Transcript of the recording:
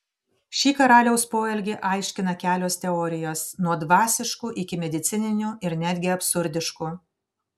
šį karaliaus poelgį aiškina kelios teorijos nuo dvasiškų iki medicininių ir netgi absurdiškų